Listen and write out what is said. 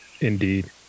Indeed